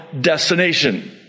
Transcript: destination